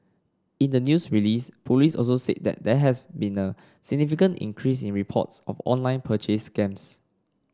in the news release police also said that there has been a significant increase in reports of online purchase scams